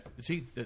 see